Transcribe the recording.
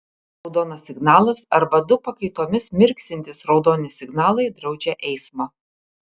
raudonas signalas arba du pakaitomis mirksintys raudoni signalai draudžia eismą